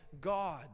God